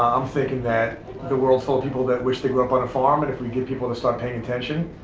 i'm thinking that the world's full of people that wish they grew up on a farm, and if we get people to start paying attention,